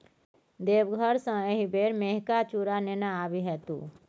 देवघर सँ एहिबेर मेहिका चुड़ा नेने आबिहे तु